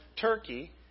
Turkey